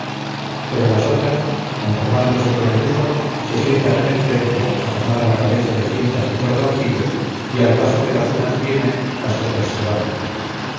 pero las otras conformándose con el uso se sientan en el templo adornada la cabeza de cintas y cordoncillos y al paso que las unas vienen las otras se van